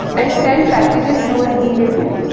and send packages through an e waybill.